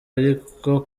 ariko